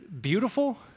beautiful